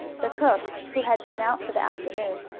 the cook, who had been out for the afternoon,